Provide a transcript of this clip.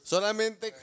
Solamente